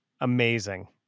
Amazing